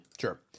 Sure